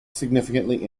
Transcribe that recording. significantly